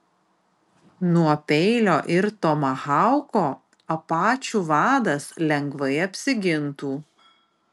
nuo peilio ir tomahauko apačių vadas lengvai apsigintų